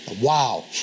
Wow